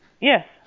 Yes